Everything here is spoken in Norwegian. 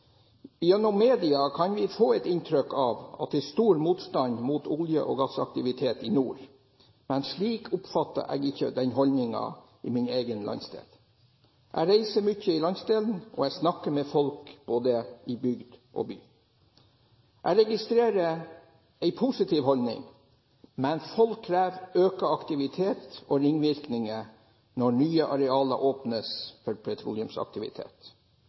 Gjennom media kan vi få et inntrykk av at det er stor motstand mot olje- og gassaktivitet i nord, men slik oppfatter jeg ikke den holdningen i min egen landsdel. Jeg reiser mye i landsdelen, og jeg snakker med folk i både bygd og by. Jeg registrerer en positiv holdning, men folk krever økt aktivitet og ringvirkninger når nye arealer åpnes for petroleumsaktivitet.